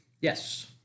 Yes